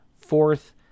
fourth